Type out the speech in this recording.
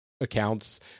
accounts